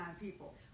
people